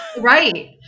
right